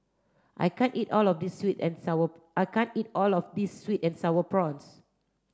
I can't eat all of this sweet and sour I can't eat all of this sweet and sour prawns